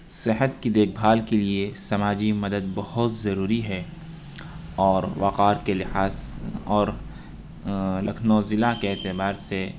صحت کی دیکھ بھال کے لیے سماجی مدد بہت ضروری ہے اور وقعت کے لحاظ اور لکھنؤ ضلع کے اعتبار سے